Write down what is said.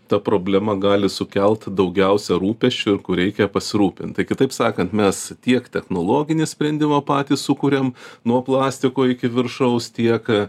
ta problema gali sukelt daugiausia rūpesčių ir kur reikia pasirūpint tai kitaip sakant mes tiek technologinį sprendimą patys sukuriam nuo plastiko iki viršaus tiek